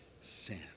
sin